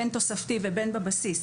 בין תוספתי ובין בבסיס,